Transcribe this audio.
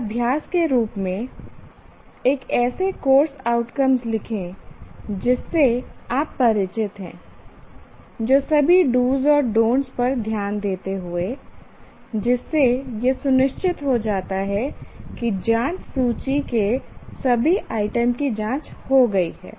एक अभ्यास के रूप में एक ऐसे कोर्स आउटकम्स लिखें जिससे आप परिचित हैं जो सभी डूस do's और डॉनट् don't पर ध्यान देते हुए जिससे यह सुनिश्चित हो जाता है कि जांच सूची के सभी आइटम की जांच हो गई है